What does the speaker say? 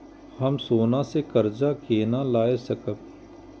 हम सोना से कर्जा केना लाय सकब?